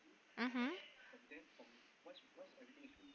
mmhmm